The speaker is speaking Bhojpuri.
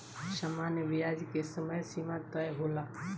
सामान्य ब्याज के समय सीमा तय होला